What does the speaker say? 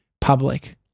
public